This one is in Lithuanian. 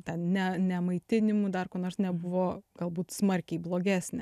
ten ne ne maitinimu dar kuo nors nebuvo galbūt smarkiai blogesnė